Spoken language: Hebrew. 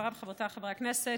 חבריי וחברותיי חברי הכנסת,